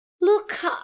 Look